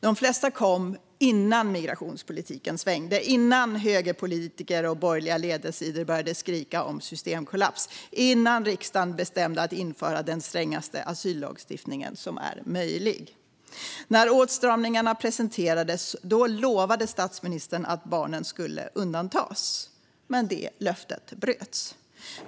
De flesta kom innan migrationspolitiken svängde, innan högerpolitiker och borgerliga ledarsidor började skrika om systemkollaps och innan riksdagen bestämde sig för att införa den strängaste asyllagstiftning som är möjlig. När åtstramningarna presenterades lovade statsministern att barnen skulle undantas. Men det löftet bröts.